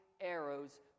arrows